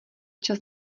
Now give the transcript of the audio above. čas